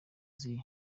zihe